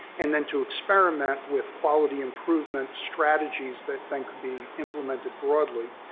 and then to experiment with quality improvement strategies that then could be implemented broadly.